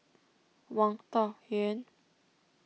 Wang Dayuan